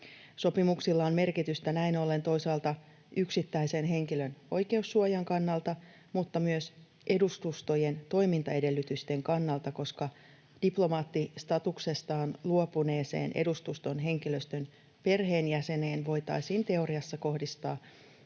Sopimuksilla on merkitystä näin ollen toisaalta yksittäisen henkilön oikeussuojan kannalta, mutta myös edustustojen toimintaedellytysten kannalta, koska diplomaattistatuksestaan luopuneeseen edustuston henkilöstön perheenjäseneen voitaisiin teoriassa kohdistaa